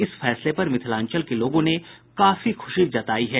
इस फैसले पर मिथिलांचल के लोगों ने काफी ख़्शी जतायी है